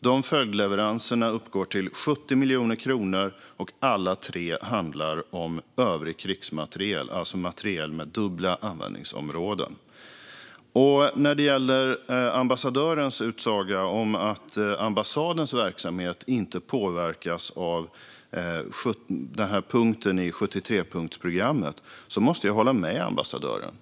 Dessa följdleveranser uppgår till 70 miljoner kronor, och alla tre handlar om övrig krigsmateriel, alltså materiel med dubbla användningsområden. När det gäller ambassadörens utsaga att ambassadens verksamhet inte påverkas av punkten i 73-punktsprogrammet måste jag hålla med ambassadören.